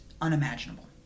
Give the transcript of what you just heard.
unimaginable